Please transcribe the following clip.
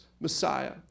Messiah